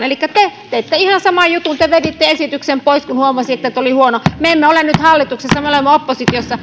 elikkä te te teitte ihan saman jutun te te veditte esityksen pois kun huomasitte että oli huono esitys me emme ole nyt hallituksessa me olemme oppositiossa